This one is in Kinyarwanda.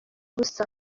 busa